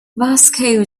vasco